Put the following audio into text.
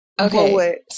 Okay